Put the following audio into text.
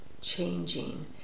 changing